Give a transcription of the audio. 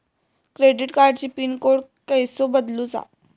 Credit कार्डची pin code कसो बदलुचा?